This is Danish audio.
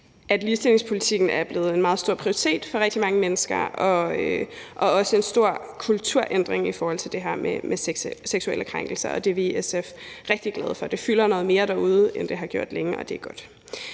at ligestillingspolitikken er blevet en meget stor prioritet for rigtig mange mennesker, og også en stor kulturændring i forhold til det her med seksuelle krænkelser, og det er vi i SF rigtig glade for. Det fylder noget mere derude, end det har gjort længe, og det er godt.